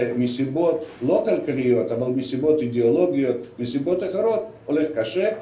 מסיבות לא כלכליות אבל מסיבות אידיאולוגיות ואחרות הולך קשה,